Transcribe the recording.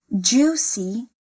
juicy